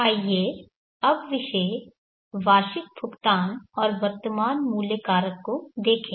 आइए अब विषय वार्षिक भुगतान और वर्तमान मूल्य कारक को देखें